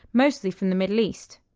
mostly from the middle east.